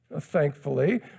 Thankfully